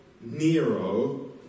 Nero